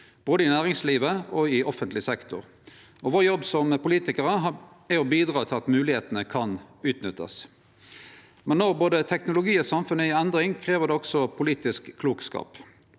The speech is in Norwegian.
både i næringslivet og i offentleg sektor. Vår jobb som politikarar er å bidra til at moglegheitene kan utnyttast, men når både teknologi og samfunn er i endring, krev det også politisk klokskap,